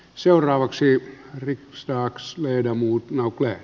seuraavaksi riksdagsleda muu joukkue